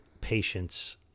patience